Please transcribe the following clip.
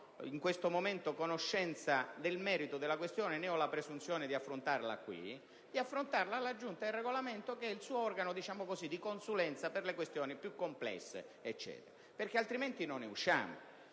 in questo momento conoscenza del merito della questione, né ho la presunzione di affrontarla qui. Essa va affrontata in sede di Giunta per il Regolamento, che è il suo organo di consulenza per le questioni più complesse. Altrimenti, non ne usciamo,